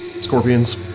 scorpions